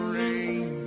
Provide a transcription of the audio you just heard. rain